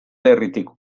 herritik